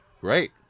great